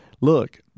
Look